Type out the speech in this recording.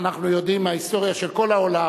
אנחנו יודעים מההיסטוריה של כל העולם,